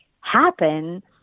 happen